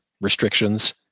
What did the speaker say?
restrictions